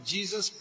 Jesus